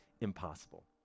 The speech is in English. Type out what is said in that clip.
impossible